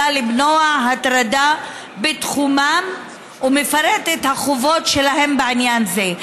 למנוע הטרדה בתחומם ומפרט את החובות שלהם בעניין זה,